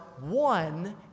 one